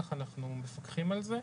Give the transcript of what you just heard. כך אנחנו מפקחים על זה.